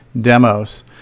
demos